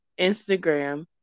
Instagram